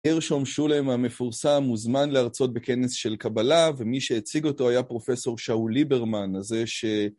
גרשון שולם המפורסם, הוזמן לארצות בכנס של קבלה, ומי שהציג אותו היה פרופ' שאול ליברמן, הזה ש...